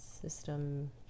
system